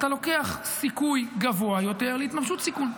אתה לוקח סיכוי גבוה יותר להתממשות סיכון.